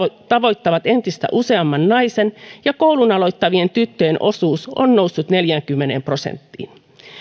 tavoittavat entistä useamman naisen ja koulun aloittavien tyttöjen osuus on noussut neljäänkymmeneen prosenttiin